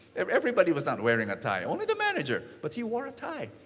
everybody was not wearing a tie, only the manager but he wore a tie.